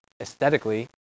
aesthetically